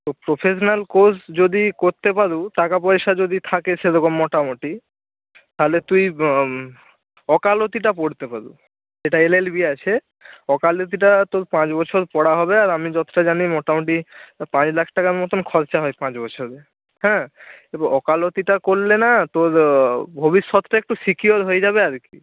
তো professional course যদি করতে পারো টাকা পয়সা যদি থাকে সেরকম মোটামুটি তাহলে তুই ওকালতিটা পড়তে পাবি এটা এল এল বি আছে ওকালতিটা তোর পাঁচ বছর পড়া হবে আর আমি যতটা জানি মোটামুটি পাঁচ লাখ টাকার মতন খরচা হয় পাঁচ বছরে হ্যাঁ এবার ওকালতিটা করলে না তোর ভবিষ্যৎটা একটু সিকিওর হয়ে যাবে আর কি